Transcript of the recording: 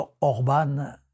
Orban